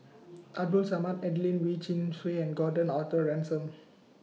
Abdul Samad Adelene Wee Chin Suan and Gordon Arthur Ransome